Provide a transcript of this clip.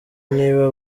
niba